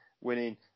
winning